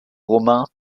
romain